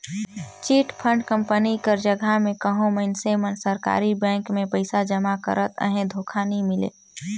chit fund company कर जगहा में कहों मइनसे मन सरकारी बेंक में पइसा जमा करत अहें धोखा नी मिले